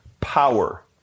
power